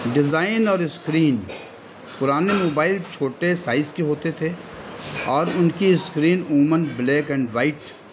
design اور screen پرانے mobile چھوٹے سائز کے ہوتے تھے اور ان کی اسکرین عموماً بلیک اینڈ وائٹ